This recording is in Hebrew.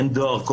אין דואר,